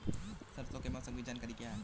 परसों के मौसम की जानकारी क्या है?